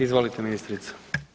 Izvolite ministrice.